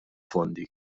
fondi